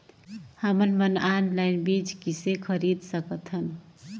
हमन मन ऑनलाइन बीज किसे खरीद सकथन?